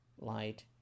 light